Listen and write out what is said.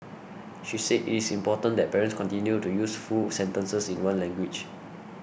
she said it is important that parents continue to use full sentences in one language